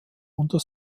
unter